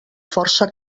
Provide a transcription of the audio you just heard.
força